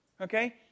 okay